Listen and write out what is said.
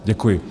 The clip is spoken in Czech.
Děkuji.